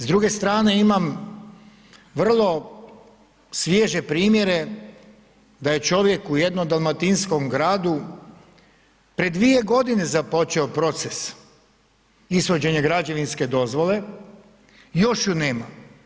S druge strane imam vrlo svježe primjere da je čovjek u jednom dalmatinskom gradu pred dvije godine započeo proces ishođenja građevinske dozvole i još ju nema.